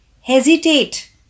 hesitate